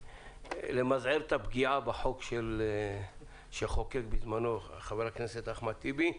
למזער את הפגיעה בחוק שחוקק בזמנו חבר הכנסת אחמד טיבי.